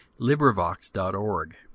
LibriVox.org